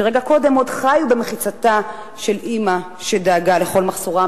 שרגע קודם עוד חיו במחיצתה של אמא שדאגה לכל מחסורם,